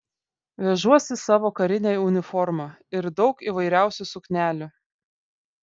vežuosi savo karinę uniformą ir daug įvairiausių suknelių